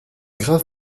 grave